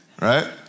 right